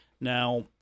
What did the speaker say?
Now